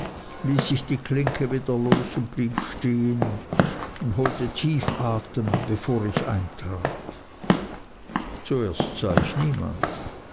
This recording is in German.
ließ ich die klinke wieder los und blieb stehen und holte tief atem bevor ich eintrat zuerst sah ich niemand